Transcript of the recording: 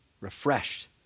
refreshed